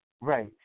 Right